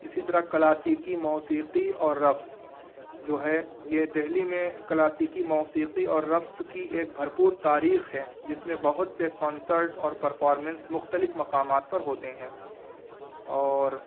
اسی طرح کلاسیکی موسیقی اور رقص جو ہے یہ دلی میں کلاسیکی موسیقی اور رقص کی ایک بھرپور تاریخ ہے جس میں بہت سے کنسرٹ اور پرفارمینس مختلف مقامات پر ہوتے ہیں اور